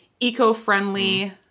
Eco-friendly